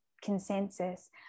consensus